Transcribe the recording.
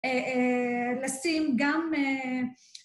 ‫לשים גם...